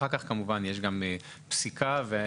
ויש אחר כך גם פסיקה והנחיות.